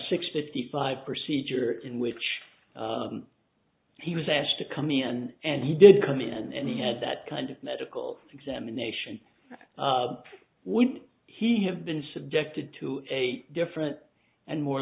sixty five procedure in which he was asked to come in and he did come in and he had that kind of medical examination would he have been subjected to a different and more